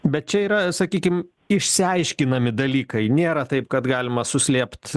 bet čia yra sakykim išsiaiškinami dalykai nėra taip kad galima suslėpt